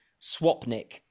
Swapnik